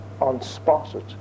unspotted